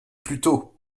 plutôt